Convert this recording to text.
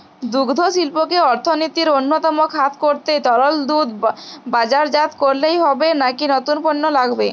দুগ্ধশিল্পকে অর্থনীতির অন্যতম খাত করতে তরল দুধ বাজারজাত করলেই হবে নাকি নতুন পণ্য লাগবে?